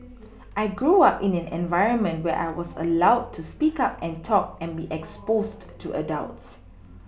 I grew up in an environment where I was allowed to speak up and talk and be exposed to adults